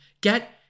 Get